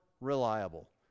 reliable